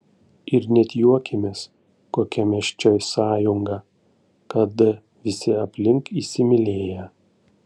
ir net juokėmės kokia mes čia sąjunga kada visi aplink įsimylėję